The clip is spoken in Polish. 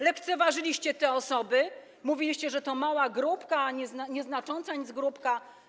Lekceważyliście te osoby, mówiliście, że to mała grupka, nic nieznacząca grupka.